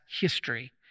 history